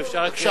אם אפשר רק,